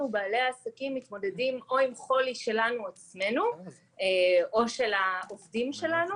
אנחנו מתמודדים עם חולי שלנו עצמנו או של העובדים שלנו